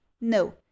no